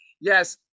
yes